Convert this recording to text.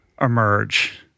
emerge